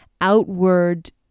outward